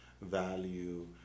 value